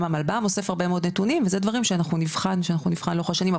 גם המלבם אוסף הרבה מאוד נתונים וזה דברים שאנחנו נבחן לאורך השנים,